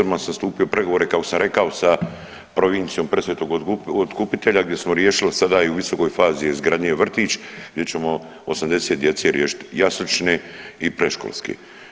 Odmah sam stupio u pregovore kako sam rekao sa provincijom Presvetog Otkupitelja gdje smo riješili sada i u visokoj fazi je izgradnje vrtić gdje ćemo 80 djece riješiti jaslične i predškolske.